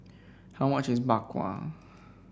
how much is Bak Kwa